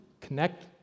connect